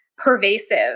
pervasive